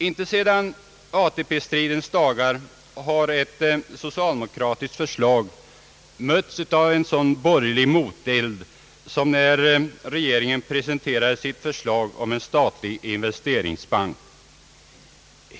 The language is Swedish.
Inte sedan ATP stridens dagar har ett socialdemokratiskt förslag mötts av en sådan borgerlig moteld som när regeringen presenterade sitt förslag om en statlig investeringsbank.